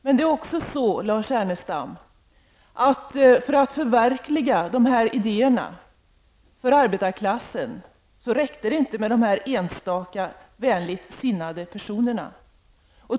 Men det är också så, Lars Ernestam, att det, för att sådana här idéer för arbetarklassen skulle kunna förverkligas, inte var tillräckligt att det fanns några enstaka vänligt sinnade personer.